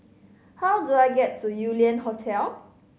how do I get to Yew Lian Hotel